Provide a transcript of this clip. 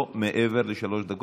לא מעבר לשלוש דקות.